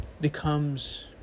becomes